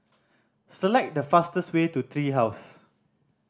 select the fastest way to Three House